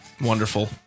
Wonderful